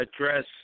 address